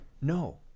no